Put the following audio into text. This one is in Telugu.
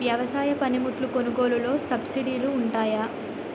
వ్యవసాయ పనిముట్లు కొనుగోలు లొ సబ్సిడీ లు వుంటాయా?